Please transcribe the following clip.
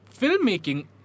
Filmmaking